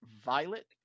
Violet